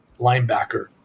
linebacker